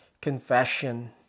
Confession